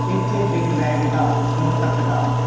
ਇੱਥੇ big bag ਦਾ ਹੁਣ ਤੱਕ ਦਾ